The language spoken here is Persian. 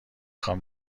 خوام